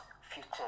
future